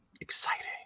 Exciting